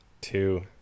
Two